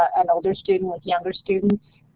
an older student with younger students.